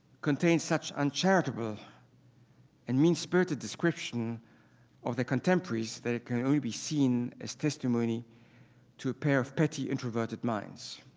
contains such uncharitable and mean-spirited description of their contemporaries that can only be seen as testimony to a pair of petty, introverted minds.